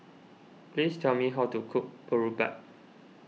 please tell me how to cook Boribap